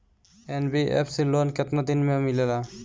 NBFC loan केतना दिन मे मिलेला?